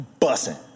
bussing